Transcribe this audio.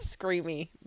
screamy